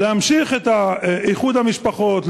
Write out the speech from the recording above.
להמשיך את איחוד המשפחות,